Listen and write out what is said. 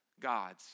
gods